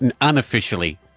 unofficially